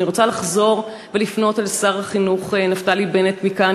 ואני רוצה לחזור ולפנות אל שר החינוך נפתלי בנט מכאן,